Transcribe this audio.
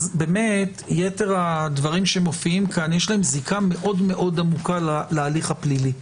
באמת ליתר הדברים שמופיעים כאן יש זיקה מאוד מאוד עמוקה להליך הפלילי.